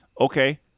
Okay